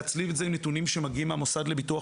להצליב את זה עם נתונים שמגיעים מהמוסד לביטוח